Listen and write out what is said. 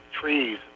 trees